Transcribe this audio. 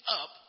up